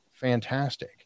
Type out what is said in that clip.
fantastic